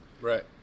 Right